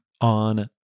on